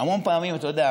אתה יודע,